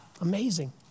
amazing